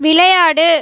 விளையாடு